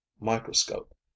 microscope